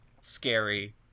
scary